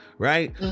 Right